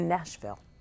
Nashville